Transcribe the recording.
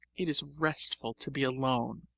it is restful to be alone.